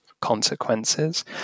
consequences